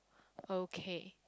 okay